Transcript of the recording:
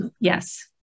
yes